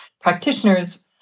practitioners